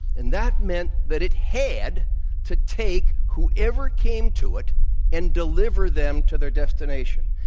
and that meant that it had to take whoever came to it and deliver them to their destination.